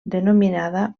denominada